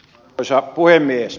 arvoisa puhemies